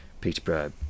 Peterborough